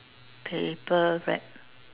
paper wrap